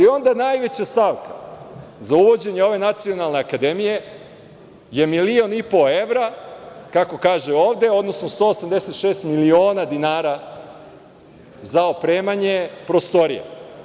Onda, najveća stavka za uvođenje ove Nacionalne akademije je milion i po evra, kako kaže ovde, odnosno 186 miliona dinara za opremanje prostorija.